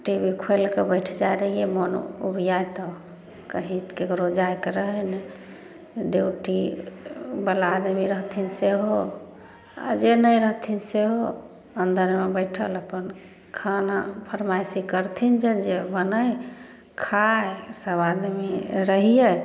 T V खोलिके बैठ जाइ रहियै मोन ऊबियाइ तऽ कही केकरो जाइके रहै नहि ड्यूटी बला आदमी रहथिन सेहो आ जे नहि रहथिन सेहो अन्दर मे बैठल अपन खाना फरमाइशी करथिन जे जे बनै खाय सब आदमी रहियै